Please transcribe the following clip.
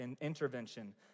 intervention